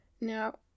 Now